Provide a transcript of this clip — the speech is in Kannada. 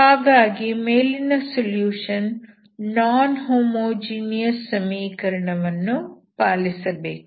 ಹಾಗಾಗಿ ಮೇಲಿನ ಸೊಲ್ಯೂಷನ್ ನಾನ್ ಹೋಮೋಜಿನಿಯಸ್ ಸಮೀಕರಣವನ್ನು ಪಾಲಿಸಬೇಕು